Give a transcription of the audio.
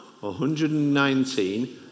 119